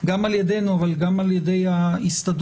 גם על ידינו וגם על ידי ההסתדרות,